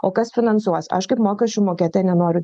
o kas finansuos aš kaip mokesčių mokėtoja nenoriu